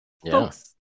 folks